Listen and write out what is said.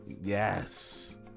Yes